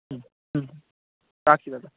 হুম হুম রাখছি দাদা